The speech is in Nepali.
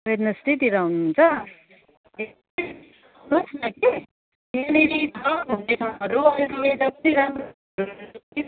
वेडनेसडेतिर आउनुहुन्छ वेडनेसडे ए आउनुहोस् न कि यहाँनिर छ घुम्ने ठाउँहरू अहिले त वेदर पनि राम्रो छ